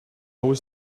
always